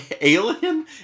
Alien